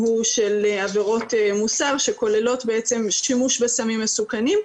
הוא של מוסר שכוללות שימוש בסמים מסוכנים.